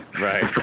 Right